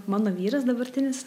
mano vyras dabartinis